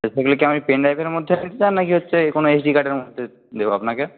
সেগুলো কি আপনি পেনড্রাইভের মধ্যে নিতে চান নাকি হচ্ছে কোনো এসডি কার্ডের মধ্যে দেব আপনাকে